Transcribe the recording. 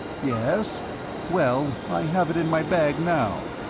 yes well, i have it in my bag now.